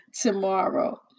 tomorrow